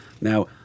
Now